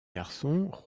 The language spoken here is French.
garçon